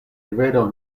rivero